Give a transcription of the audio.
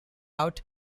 out